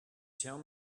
tell